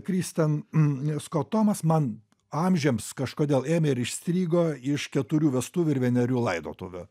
kristen skot tomas man amžiams kažkodėl ėmė ir įstrigo iš keturių vestuvių ir vienerių laidotuvių